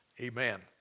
amen